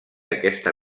aquesta